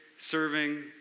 Serving